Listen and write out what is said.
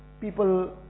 people